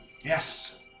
Yes